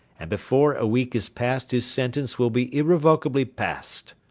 and before a week is passed his sentence will be irrevocably passed.